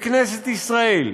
בכנסת ישראל.